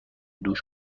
دوش